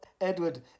Edward